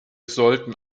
sollten